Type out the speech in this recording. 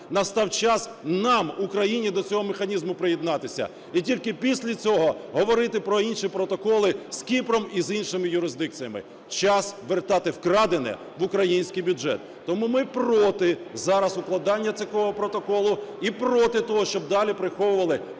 Настав час нам, Україні, до цього механізму приєднатися, і тільки після цього говорити про інші протоколи з Кіпром і з іншими юрисдикціями, Час вертати вкрадене в український бюджет. Тому ми проти зараз укладання такого протоколу і проти того, щоб далі приховували